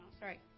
Sorry